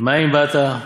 מאין באת,